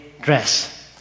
dress